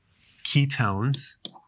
Ketones